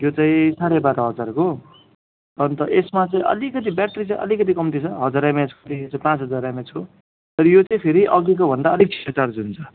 यो चाहिँ साँढे बाह्र हजारको अन्त यसमा चाहिँ अलिकति ब्याट्री चाहिँ अलिकति कम्ती छ हजार एमएचदेखि चाहिँ पाँच हजार एमएचको तर यो चाहिँ फेरि अघिकोभन्दा अलिक छिट्टो चार्ज हुन्छ